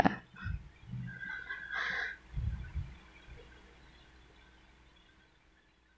ya